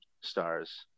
stars